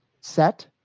set